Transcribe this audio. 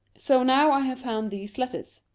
so now i have found these letters,